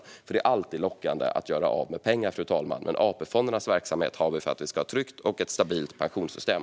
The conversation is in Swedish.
Det är nämligen alltid lockande att göra av med pengar, fru talman. Men AP-fondernas pengar har vi för att vi ska ha ett tryggt och stabilt pensionssystem.